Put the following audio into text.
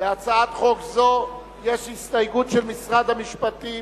להצעת חוק זו יש הסתייגות של משרד המשפטים.